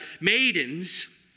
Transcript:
maidens